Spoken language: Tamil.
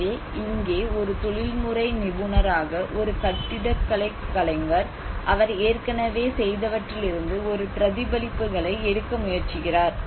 எனவே இங்கே ஒரு தொழில்முறை நிபுணராக ஒரு கட்டிடக் கலைஞர் அவர் ஏற்கனவே செய்தவற்றிலிருந்து ஒரு பிரதிபலிப்புகளை எடுக்க முயற்சிக்கிறார்